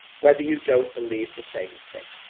whether you don't believe the same thing.